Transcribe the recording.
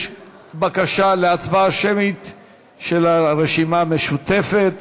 יש בקשה של הרשימה המשותפת